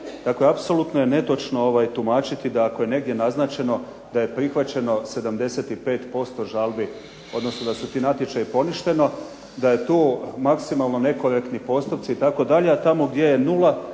Dakle, apsolutno je netočno tumačiti da ako je negdje naznačeno da je prihvaćeno 75% žalbi, odnosno da su ti natječaji poništeno, da su tu maksimalno nekorektni postupci itd. a tamo gdje je nula